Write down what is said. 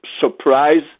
surprise